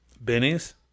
Benny's